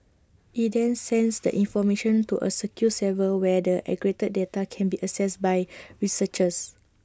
IT then sends the information to A secure server where the aggregated data can be accessed by researchers